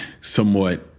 somewhat